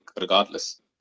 regardless